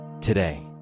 today